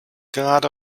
gerade